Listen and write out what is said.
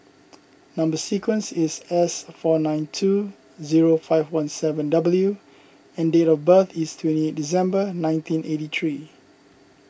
Number Sequence is S four nine two zero five one seven W and date of birth is twenty eight December nineteen eighty three